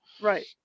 Right